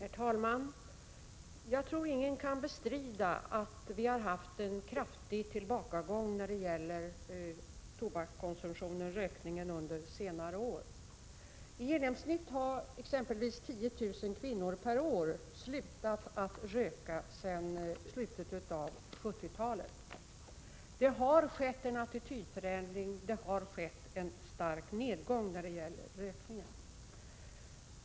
Herr talman! Jag tror ingen kan bestrida att vi har haft en kraftig tillbakagång när det gäller tobakskonsumtion och rökning under senare år. Exempelvis har i genomsnitt 10 000 kvinnor per år slutat röka sedan slutet av 1970-talet. Det har skett en attitydförändring och det har skett en stark nedgång när det gäller rökningen.